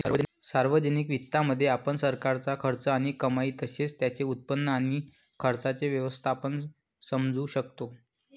सार्वजनिक वित्तामध्ये, आपण सरकारचा खर्च आणि कमाई तसेच त्याचे उत्पन्न आणि खर्चाचे व्यवस्थापन समजू शकतो